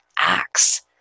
acts